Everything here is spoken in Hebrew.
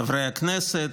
חברי הכנסת,